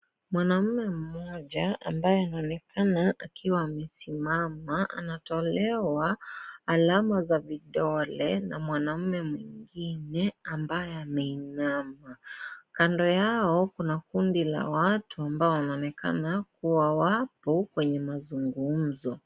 Mwanamume mmoja ambaye anaonekana akiwa amesimama anatolewa alama za vidole na mwanamume mwingine ambaye ameinama kando yao kuna kundi la watu ambao wanaonekana kuwa wapo kwenye mazungumzo.